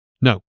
No